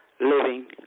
living